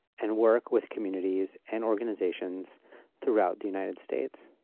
and work with communities and organizations throughout the united states.